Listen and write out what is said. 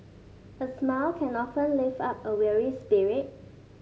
a smile can often lift up a weary spirit